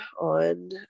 on